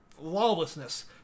lawlessness